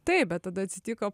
taip bet tada atsitiko